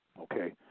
okay